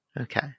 Okay